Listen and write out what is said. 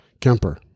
Kemper